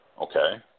Okay